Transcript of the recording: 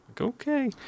okay